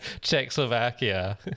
Czechoslovakia